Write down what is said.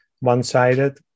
one-sided